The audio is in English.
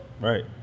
Right